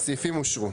3 הסעיפים אושרו.